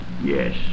Yes